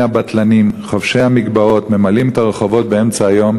הבטלנים חובשי המגבעות ממלאים את הרחובות באמצע היום,